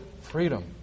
freedom